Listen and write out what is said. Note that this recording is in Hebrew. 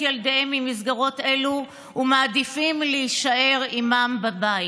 ילדיהם ממסגרות אלו ומעדיפים להישאר עימם בבית.